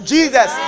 Jesus